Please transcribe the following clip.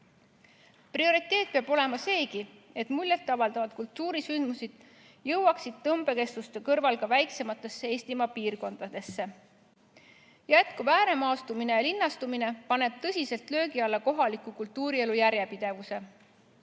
Prioriteet peab olema seegi, et muljetavaldavad kultuurisündmused jõuaksid tõmbekeskuste kõrval ka Eesti väiksematesse piirkondadesse. Jätkuv ääremaastumine ja linnastumine paneb tõsiselt löögi alla kohaliku kultuurielu järjepidevuse.